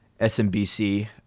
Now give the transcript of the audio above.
SMBC